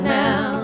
now